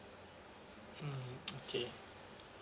mm okay